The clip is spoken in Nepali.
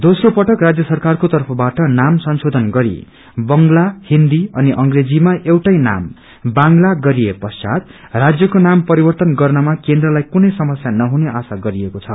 दोम्रो पटक राज्य सरकारको तर्फबाट नाम संशोधन गरी बंगला हिन्दी अनि अंग्रेजीमा एउटै नाम बांगला गरिएपश्चात राज्यको नाम परिवर्तन गर्नमा केन्द्रलाई कुनै समस्या नहुने आशा गरिएको छ